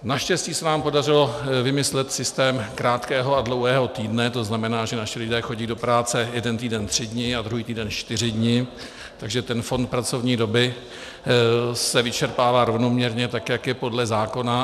Naštěstí se nám podařilo vymyslet systém krátkého a dlouhého týdne, to znamená, že naši lidé chodí do práce jeden týden tři dny a druhý týden čtyři dny, takže fond pracovní doby se vyčerpává rovnoměrně, jak je to podle zákona.